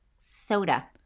soda